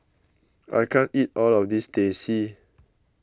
I can't eat all of this Teh C